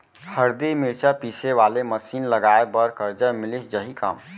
हरदी, मिरचा पीसे वाले मशीन लगाए बर करजा मिलिस जाही का?